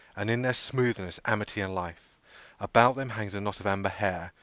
and in their smoothness amity and life about them hangs a knot of amber hair,